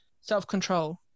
self-control